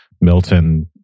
Milton